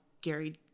Gary